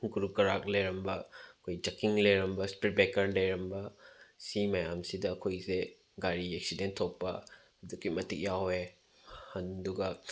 ꯒꯨꯔꯨꯛ ꯒꯔꯥꯛ ꯂꯩꯔꯝꯕ ꯑꯩꯈꯣꯏ ꯖꯛꯀꯤꯡ ꯂꯩꯔꯝꯕ ꯏꯁꯄꯤꯠ ꯕ꯭ꯔꯦꯛꯀꯔ ꯂꯩꯔꯝꯕ ꯁꯤ ꯃꯌꯥꯝꯁꯤꯗ ꯑꯩꯈꯣꯏꯁꯦ ꯒꯥꯔꯤ ꯑꯦꯛꯁꯤꯗꯦꯟ ꯊꯣꯛꯄ ꯑꯗꯨꯛꯀꯤ ꯃꯇꯤꯛ ꯌꯥꯎꯋꯦ ꯑꯗꯨꯒ